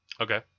Okay